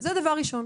זה דבר ראשון.